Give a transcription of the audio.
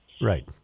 Right